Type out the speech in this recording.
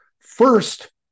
First